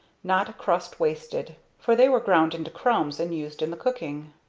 not a crust wasted for they were ground into crumbs and used in the cooking.